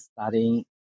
studying